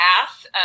path